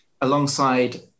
alongside